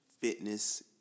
Fitness